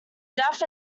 death